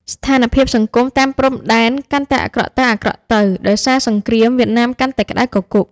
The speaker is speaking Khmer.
ស្ថានភាពសន្តិសុខតាមព្រំដែនកាន់តែអាក្រក់ទៅៗ ដោយសារសង្គ្រាមវៀតណាមកាន់តែក្តៅគគុក។